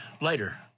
later